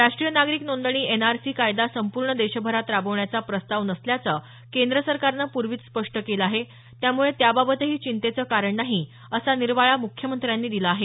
राष्ट्रीय नागरिक नोंदणी एनआरसी कायदा संपूर्ण देशभरात राबवण्याचा प्रस्ताव नसल्याचं केंद्र सरकारनं पूर्वीच स्पष्ट केलं आहे त्यामुळे त्याबाबतही चिंतेचं कारण नाही असा निर्वाळा मुख्यमंत्र्यांनी दिला आहे